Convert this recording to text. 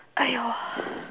!aiyo!